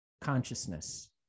consciousness